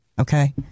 Okay